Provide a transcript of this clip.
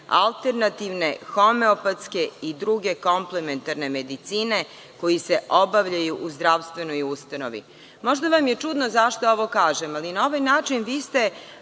alternativne, homeopatske i druge komplementarne medicine koji se obavljaju u zdravstvenoj ustanovi. Možda vam je čudno zašto ovo kažem, ali na ovaj način vi ste